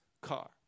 car